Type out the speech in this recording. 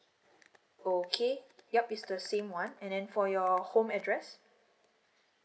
okay yup is the same one and then for your home address